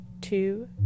two